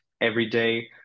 everyday